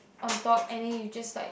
on top and then you just like